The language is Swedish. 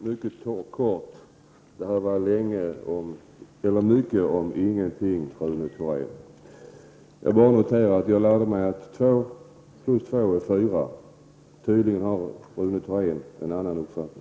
Fru talman! Det här var mycket om ingenting, Rune Thorén. Jag bara noterar att jag har lärt mig att två plus två är fyra. Tydligen har Rune Thorén en annan uppfattning.